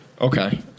Okay